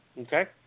Okay